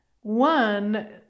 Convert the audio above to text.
One